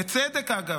ובצדק אגב,